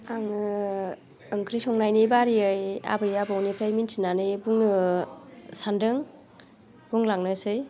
आङो ओंख्रि संनायनि बागैयै आबै आबौनिफ्राय मिन्थिनानै बुंनो सानदों बुंलांनोसै